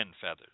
feathers